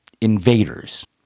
invaders